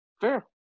Fair